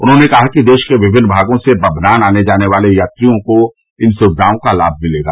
उन्होंने कहा कि देश के विभिन्न भागों से बमनान आने जाने वाले यात्रियों को इन सुविधाओं का लाभ मिलेगा